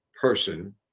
person